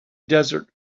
desert